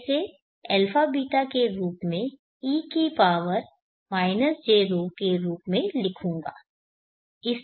मैं इसे α β के रूप में e की पावर jρ के रूप में लिखूंगा